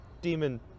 Demon